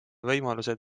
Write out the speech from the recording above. võimalused